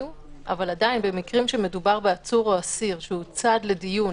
אבל עדיין במקרים שבהם מדובר בעצור או אסיר שהוא צד לדיון